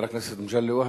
תודה, חבר הכנסת מגלי והבה.